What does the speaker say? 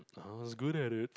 I was good at it